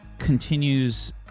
continues